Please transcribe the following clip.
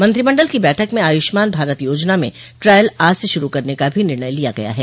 मंत्रिमंडल की बैठक में आयूष्मान भारत योजना में ट्रायल आज से शुरू करने का भी निर्णय लिया गया है